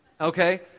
okay